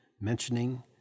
mentioning